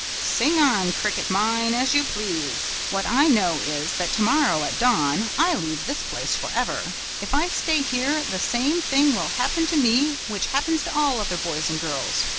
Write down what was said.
sing on, cricket mine, as you please. what i know is, that tomorrow, at dawn, i leave this place forever. if i stay here the same thing will happen to me which happens to all other boys and girls.